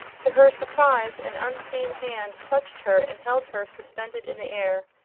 to her surprise an unseen hand clutched her and held her suspended in the air.